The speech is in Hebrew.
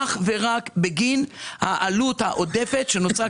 אלא אך ורק בגין העלות העודפת שנוצרה